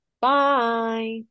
Bye